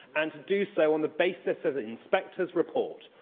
and to do so on the basis of the inspector's report.